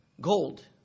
gold